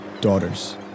Daughters